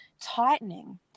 tightening